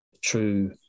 true